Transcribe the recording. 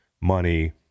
money